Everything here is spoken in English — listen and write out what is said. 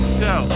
go